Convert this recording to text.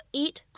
eat